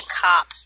cop